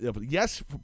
Yes